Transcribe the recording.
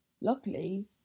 luckily